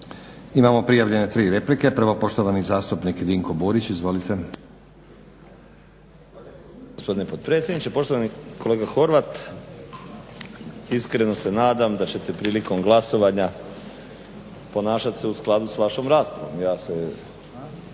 Imamo prijavljene tri replike. Prvo poštovani zastupnik Dinko Burić, izvolite. **Burić, Dinko (HDSSB)** Zahvaljujem gospodine potpredsjedniče. Poštovani kolega Horvat, iskreno se nadam da ćete prilikom glasovanja ponašat se u skladu sa vašom raspravom. Ja se